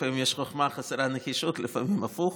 לפעמים יש חוכמה וחסרה נחישות, לפעמים הפוך.